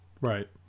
Right